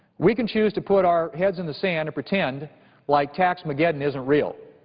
we can choose to put our heads in the sand and pretend like tax-mageddon isn't real.